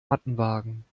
mattenwagen